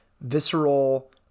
visceral